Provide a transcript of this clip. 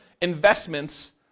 investments